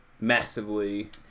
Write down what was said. massively